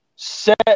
Set